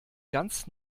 ganz